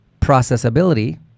processability